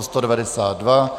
192.